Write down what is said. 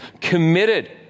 committed